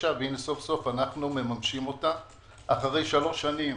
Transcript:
והנה סוף סוף אנחנו מממשים אותה אחרי שלוש שנים